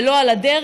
ולא על הדרך,